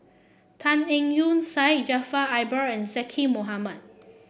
Tan Eng Yoon Syed Jaafar Albar and Zaqy Mohamad